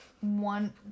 one